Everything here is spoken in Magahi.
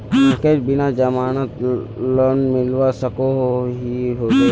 मकईर बिना जमानत लोन मिलवा सकोहो होबे?